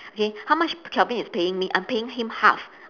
k how much calvin is paying me I'm paying him half